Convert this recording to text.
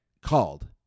called